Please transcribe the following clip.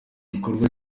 bikorwa